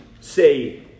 say